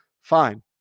fine